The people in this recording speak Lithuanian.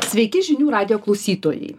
sveiki žinių radijo klausytojai